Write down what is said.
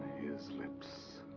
his lips.